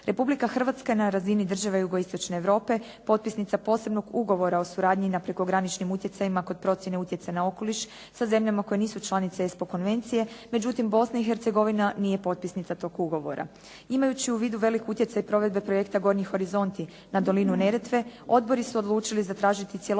Republika Hrvatska je na razini države jugo-istočne Europe potpisnica posebnog Ugovora o suradnji na prekograničnim utjecanjima kod procjene utjecaja na okoliš sa zemljama koje nisu članice ESPO konvencije, međutim Bosna i Hercegovina nije potpisnica tog ugovora. Imajući u vidu veliki utjecaj provedbe projekta Gornji horizonti na dolinu Neretve odbori su odlučili zatražiti cjelovitu